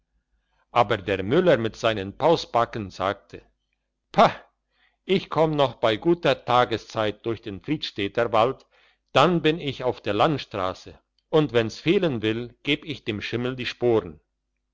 aber der müller mit seinen pausbacken sagte pah ich komm noch bei guter tageszeit durch den fridstädter wald dann bin ich auf der landstrasse und wenn's fehlen will geb ich dem schimmel die sporen